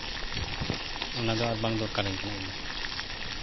ᱚᱱᱟ ᱫᱚ ᱟᱨ ᱵᱟᱝ ᱫᱚᱨᱠᱟᱨ ᱤᱧ ᱠᱟᱱᱟ ᱤᱧᱫᱚ